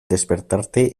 despertarte